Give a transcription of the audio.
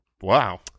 Wow